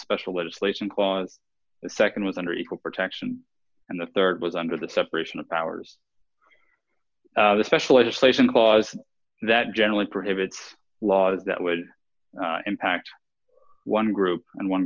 special legislation clause the nd was under equal protection and the rd was under the separation of powers the special legislation because that generally prohibits laws that would impact one group and one